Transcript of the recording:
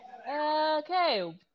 Okay